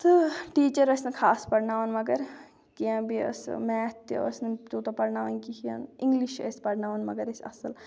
تہٕ ٹیٖچَر ٲسۍ نہٕ خاص پَرناوَان وغٲرٕ کینٛہہ بیٚیہِ ٲس میتھ تہِ ٲسۍ نہٕ تیوٗتاہ پَرناوَان کِہیٖنۍ اِنگلِش ٲسۍ پَرناوَان مگر أسۍ اَصٕل